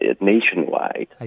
nationwide